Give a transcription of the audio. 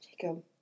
Jacob